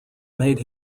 made